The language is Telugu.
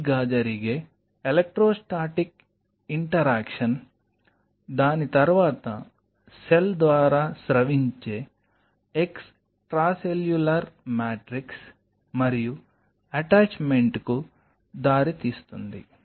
సరిగ్గా జరిగే ఎలెక్ట్రోస్టాటిక్ ఇంటరాక్షన్ దాని తర్వాత సెల్ ద్వారా స్రవించే ఎక్స్ట్రాసెల్యులర్ మ్యాట్రిక్స్ మరియు అటాచ్మెంట్కు దారి తీస్తుంది